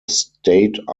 state